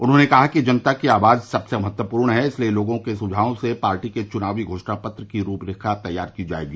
उन्होंने कहा कि जनता की आवाज सबसे महत्वपूर्ण है इसलिए लोगों के सुझावों से पार्टी के चुनावी घोषणा पत्र की रूपरेखा तैयार की जायेगी